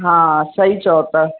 हा सही चओ था